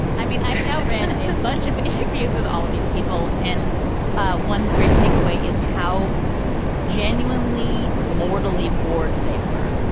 i mean, i you know ran a bunch of interviews with all of these people and ah one great takeaway is how genuinely, mortally bored they were.